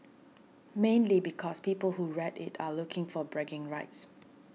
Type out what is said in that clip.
mainly because people who red it are looking for bragging rights